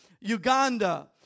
Uganda